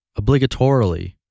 Obligatorily